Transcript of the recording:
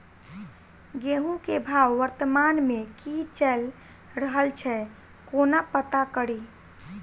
गेंहूँ केँ भाव वर्तमान मे की चैल रहल छै कोना पत्ता कड़ी?